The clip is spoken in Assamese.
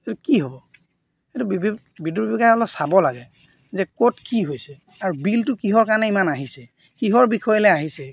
এই কি হ'ব সেইটো বিদু বিদুৎ বিভাগে অলপ চাব লাগে যে ক'ত কি হৈছে আৰু বিলটো কিহৰ কাৰণে ইমান আহিছে কিহৰ বিষয়লৈ আহিছে